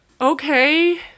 okay